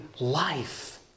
life